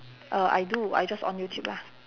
er I do I just on youtube lah